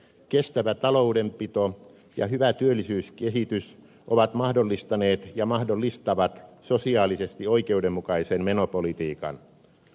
kestävä taloudenpito ja hyvä työllisyyskehitys ovat mahdollistaneet ja mahdollistavat sosiaalisesti oikeudenmukaisen menopolitiikan